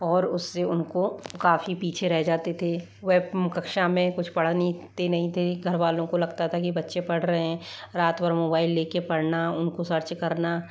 और उससे उनको काफ़ी पीछे रह जाते थे वह कक्षा में पढ़ते नहीं थे घर वालों को लगता था कि बच्चे पढ़ रहे हैं रात भर मोबाइल लेकर पढ़ना उनको सर्च करना